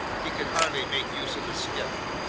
he could hardly make use of the skiff.